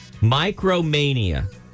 Micromania